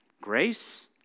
grace